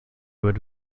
would